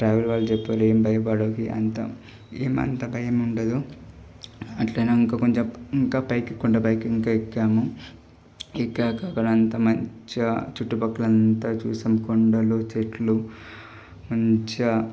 travel వాళ్ళు చెప్పారు ఏం భయపడకు అంత ఏమీ అంత భయం ఉండదు అట్లనే ఇంకా కొంచెం ఇంకా పైకి కొండపైకి ఎక్కాము ఎక్కక అక్కడ అంతా మంచిగా చుట్టుపక్కల అంతా చూసాము కొండలు చెట్లు మంచిగా